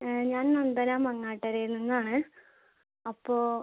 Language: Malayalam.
ഞാൻ നന്ദന മങ്ങാട്ടരയിൽ നിന്നാണ് അപ്പോൾ